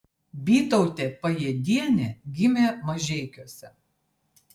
bytautė pajėdienė gimė mažeikiuose